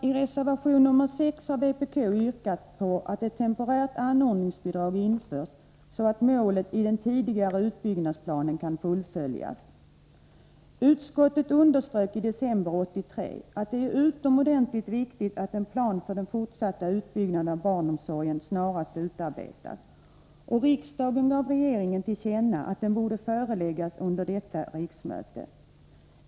I reservation 6 har vpk yrkat att ett temporärt anordningsbidrag införs så att målet i den tidigare utbyggnadsplanen kan fullföljas. Utskottet underströk i december 1983 att det är utomordentligt viktigt att en plan för den fortsatta utbyggnaden av barnomsorgen snarast utarbetas, och riksdagen gav regeringen till känna att en sådan plan borde föreläggas riksdagen under detta riksmöte.